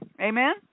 Amen